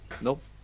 Nope